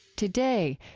today,